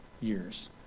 years